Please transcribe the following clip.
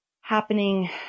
happening